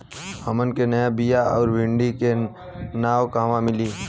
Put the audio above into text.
हमन के नया बीया आउरडिभी के नाव कहवा मीली?